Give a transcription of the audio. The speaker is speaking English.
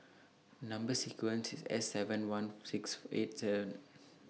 Number sequence IS S seven one six eight seven